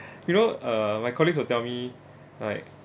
you know uh my colleagues will tell me like